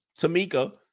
Tamika